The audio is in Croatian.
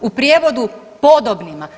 U prijevodu, podobnima.